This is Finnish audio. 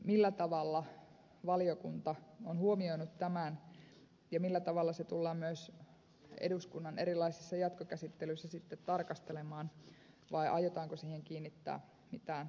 millä tavalla valiokunta on huomioinut tämän ja millä tavalla se tullaan myös eduskunnan erilaisissa jatkokäsittelyissä sitten tarkastelemaan vai aiotaanko siihen kiinnittää mitään erityistä huomiota